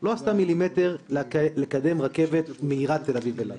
לא עשתה מילימטר לקדם רכבת מהירה תל אביב אילת,